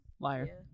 Liar